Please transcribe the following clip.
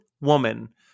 woman